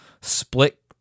split